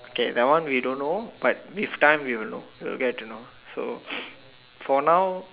okay that one we don't know but with time we will know we will get to know so for now